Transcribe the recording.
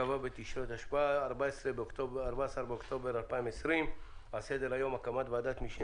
כ"ו בתשרי התשפ"א 14 באוקטובר 2020. על סדר היום: הקמת ועדת משנה